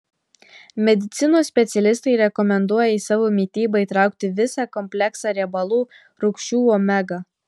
medicinos specialistai rekomenduoja į savo mitybą įtraukti visą kompleksą riebalų rūgščių omega